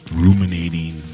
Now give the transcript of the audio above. ruminating